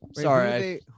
Sorry